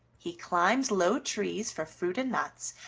he climbs low trees for fruit and nuts,